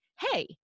hey